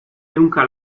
ehunka